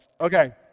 Okay